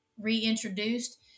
reintroduced